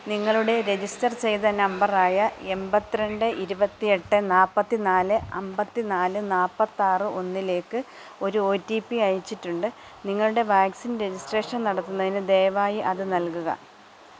നിങ്ങളുടെ രെജിസ്റ്റർ ചെയ്ത നമ്പറായ എൺപത്തി രണ്ട് ഇരുപത്തെട്ട് നാൽപ്പത്തി നാല് അൻപത്തി നാല് നാൽപ്പത്താറ് ഒന്നിലേക്ക് ഒരു ഒ ടി പി അയച്ചിട്ടുണ്ട് നിങ്ങളുടെ വാക്സിൻ രെജിസ്ട്രേഷൻ നടത്തുന്നതിന് ദയവായി അത് നൽകുക